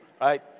right